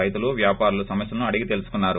రైతులు వ్యాపారుల సమస్యలను అడిగి తెలుసుకున్నారు